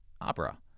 opera